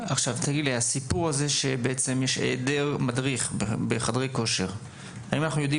לגבי היעדרו של מדריך בחדרי כושר - האם אנחנו יודעים